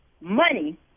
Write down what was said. money